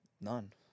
None